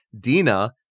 Dina